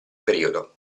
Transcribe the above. periodo